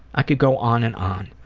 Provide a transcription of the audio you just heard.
i could go on and on.